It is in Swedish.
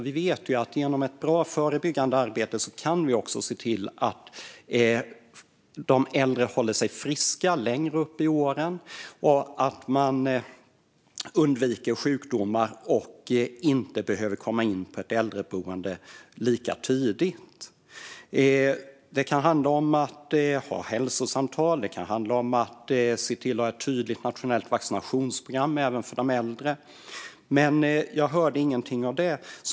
Vi vet att vi genom ett bra förebyggande arbete kan se till att de äldre håller sig friska längre upp i åren, undviker sjukdomar och inte behöver komma in på äldreboende lika tidigt. Det kan handla om att ha hälsosamtal. Det kan handla om att ha ett tydligt nationellt vaccinationsprogram även för de äldre. Men jag hörde ingenting om det.